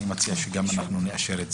אני מציע שגם את זה נאשר.